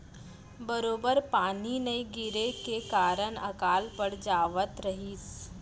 बरोबर पानी नइ गिरे के कारन अकाल पड़ जावत रहिस